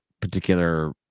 particular